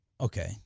Okay